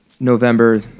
November